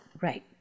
Right